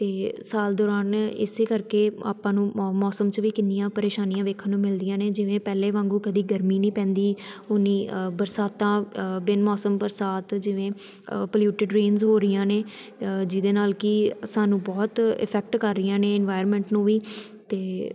ਅਤੇ ਸਾਲ ਦੌਰਾਨ ਇਸੇ ਕਰਕੇ ਆਪਾਂ ਨੂੰ ਮ ਮੌਸਮ 'ਚ ਵੀ ਕਿੰਨੀਆਂ ਪਰੇਸ਼ਾਨੀਆਂ ਵੇਖਣ ਨੂੰ ਮਿਲਦੀਆਂ ਨੇ ਜਿਵੇਂ ਪਹਿਲੇ ਵਾਂਗੂ ਕਦੀ ਗਰਮੀ ਨਹੀਂ ਪੈਂਦੀ ਉਨੀ ਬਰਸਾਤਾਂ ਬਿਨ ਮੌਸਮ ਬਰਸਾਤ ਜਿਵੇਂ ਪਲਿਊਟਿਡ ਰੇਨਸ ਹੋ ਰਹੀਆਂ ਨੇ ਜਿਸ ਦੇ ਨਾਲ ਕਿ ਸਾਨੂੰ ਬਹੁਤ ਇਫੈਕਟ ਕਰ ਰਹੀਆਂ ਨੇ ਇਨਵਾਇਰਮੈਂਟ ਨੂੰ ਵੀ ਅਤੇ